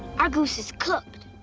our goose is cooked.